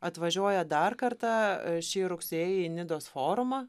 atvažiuoja dar kartą šį rugsėjį į nidos forumą